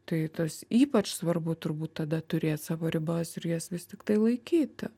tai tas ypač svarbu turbūt tada turėt savo ribas ir jas vis tiktai laikyti